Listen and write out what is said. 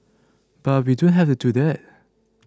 but we don't have to do that